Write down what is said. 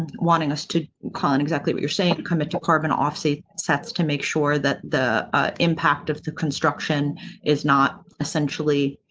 wanting us to call and exactly what you're saying. come into carbon offsee sets to make sure that the ah impact of the construction is not essentially